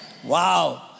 Wow